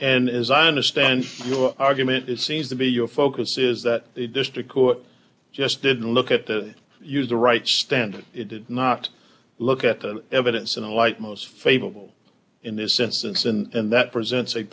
and as i understand your argument it seems to be your focus is that the district court just didn't look at the you the right standard it did not look at the evidence in the light most favorable in this instance and that present